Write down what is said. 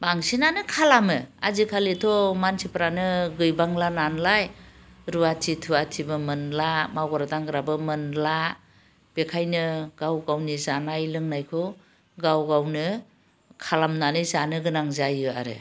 बांसिनानो खालामो आजिखालिथ' मानसिफ्रानो गैबांलानालाय रुवाथि थुवाथिबो मोनला मावग्रा दांग्राबो मोनला बेखायनो गाव गावनि जानाय लोंनायखौ गाव गावनो खालामनानै जानो गोनां जायो आरो